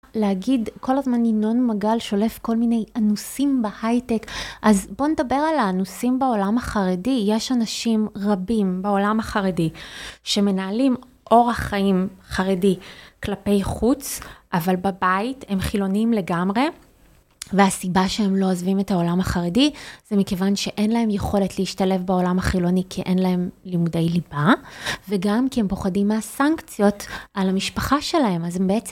להגיד כל הזמן ינון מגל שולף כל מיני אנוסים בהייטק. אז בוא נדבר על האנוסים בעולם החרדי. יש אנשים רבים בעולם החרדי שמנהלים אורח חיים חרדי כלפי חוץ, אבל בבית הם חילוניים לגמרי והסיבה שהם לא עוזבים את העולם החרדי זה מכיוון שאין להם יכולת להשתלב בעולם החילוני כי אין להם לימודי ליבה וגם כי הם פוחדים מהסנקציות על המשפחה שלהם אז הם בעצם